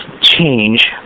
change